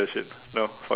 that shit no